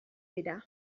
dira